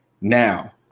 Now